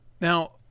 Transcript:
Now